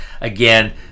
again